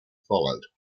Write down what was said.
followed